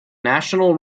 national